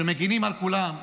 שמגינים על כולנו,